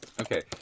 Okay